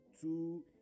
two